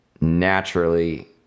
naturally